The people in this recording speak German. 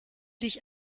dich